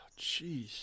Jeez